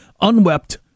unwept